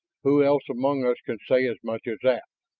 who else among us can say as much as that?